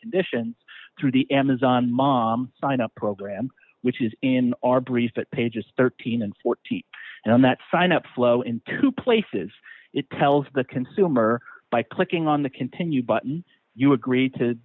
conditions through the amazon mom sign up program which is in our brief but pages thirteen and fourteen and on that sign up flow in two places it tells the consumer by clicking on the continued button you agree to